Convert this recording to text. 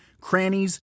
crannies